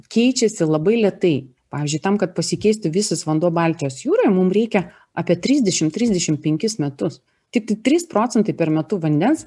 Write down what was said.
keičiasi labai lėtai pavyzdžiui tam kad pasikeistų visas vanduo baltijos jūroje mum reikia apie trisdešim trisdešim penkis metus tiktai trys procentai per metu vandens